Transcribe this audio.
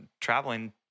traveling